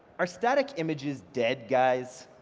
are static images dead guys?